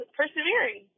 persevering